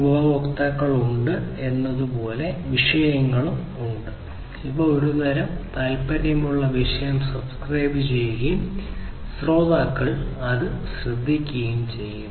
ഉപയോക്താക്കൾ ഉണ്ട് എന്നതുപോലുള്ള വിഷയങ്ങളുണ്ട് അവ ഒരു പ്രത്യേക താൽപ്പര്യമുള്ള വിഷയം സബ്സ്ക്രൈബുചെയ്യുകയും ശ്രോതാക്കൾ ഇത് ശ്രദ്ധിക്കുകയും ചെയ്യുന്നു